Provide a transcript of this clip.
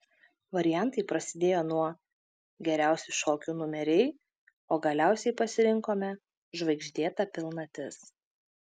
variantai prasidėjo nuo geriausi šokių numeriai o galiausiai pasirinkome žvaigždėta pilnatis